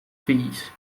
fills